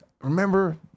remember